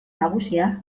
nagusia